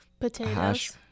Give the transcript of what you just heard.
potatoes